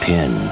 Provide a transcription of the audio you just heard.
Pin